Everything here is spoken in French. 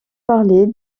parler